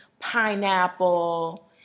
pineapple